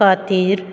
खातीर